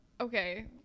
Okay